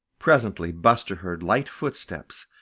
presently buster heard light footsteps,